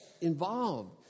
involved